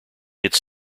its